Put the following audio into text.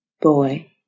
Boy